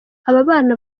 ababana